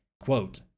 Quote